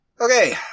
Okay